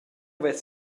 vess